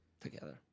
Together